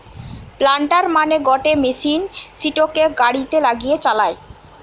planter মানে গটে machine সিটোকে গাড়িতে লাগিয়ে চালায়